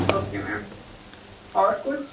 okay ma'am और कुछ